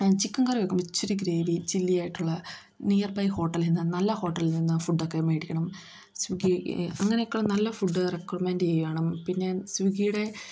chicken കറിയൊക്കെ ഒരിച്ചിരി gravy ചില്ലിയായിട്ടുള്ള നിയർ ബൈ ഹോട്ടലിൽ നിന്നു നല്ല ഹോട്ടലിൽ നിന്നു ഫുഡ്ഡൊക്കെ മേടിക്കണം സ്വിഗ്ഗി അങ്ങനെയൊക്കെയുള്ള നല്ല ഫുഡ് റെക്കമെൻ്റ് ചെയ്യണം പിന്നെ സ്വിഗ്ഗിയുടെ